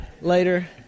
later